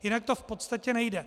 Jinak to v podstatě nejde.